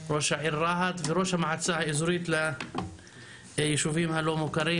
ראש העיר רהט וראש המועצה האזורית ליישובים הלא מוכרים.